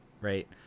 right